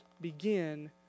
begin